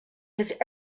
his